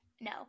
No